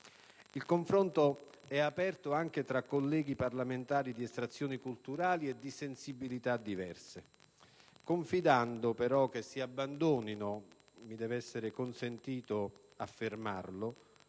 Il confronto è aperto anche tra colleghi parlamentari di estrazione culturale e sensibilità diverse, confidando però che si abbandonino - mi deve essere consentito affermarlo